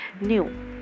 new